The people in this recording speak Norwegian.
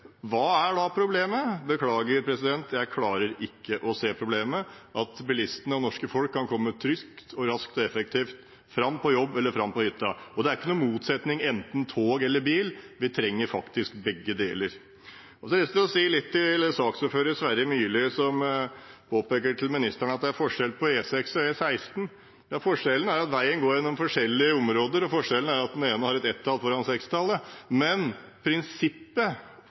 hva er da problemet? Beklager, president, men jeg klarer ikke å se problemet i at bilistene og det norske folk kan komme trygt, raskt og effektivt fram på jobb eller på hytta. Det er ingen motsetning, enten tog eller bil. Vi trenger faktisk begge deler. Så har jeg lyst til å si litt til saksordfører Sverre Myrli, som påpeker til ministeren at det er forskjell på E6 og E16. Ja, forskjellen er at veien går gjennom forskjellige områder, og at den ene har et 1-tall foran